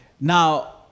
Now